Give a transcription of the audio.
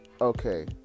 okay